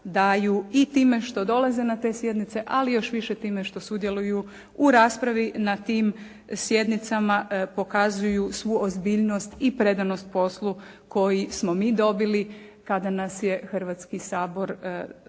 daju i time što dolaze na te sjednice, ali još više time što sudjeluju u raspravi na tim sjednicama pokazuju svu ozbiljnost i predanost poslu koji smo mi dobili kada nas je Hrvatski sabor mislim